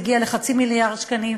הגיע לחצי מיליארד שקלים,